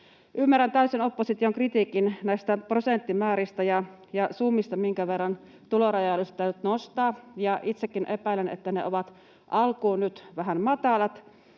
Ymmärrän täysin opposition kritiikin näistä prosenttimääristä ja summista, minkä verran tulorajaa olisi pitänyt nostaa, ja itsekin epäilen, että ne ovat alkuun nyt vähän matalat.